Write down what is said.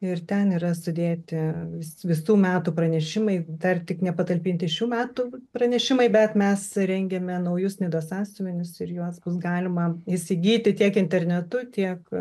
ir ten yra sudėti vis visų metų pranešimai dar tik ne patalpinti šių metų pranešimai bet mes rengiame naujus nidos sąsiuvinius ir juos bus galima įsigyti tiek internetu tiek